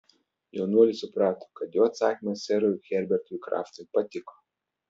jaunuolis suprato kad jo atsakymas serui herbertui kraftui patiko